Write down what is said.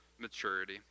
maturity